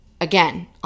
again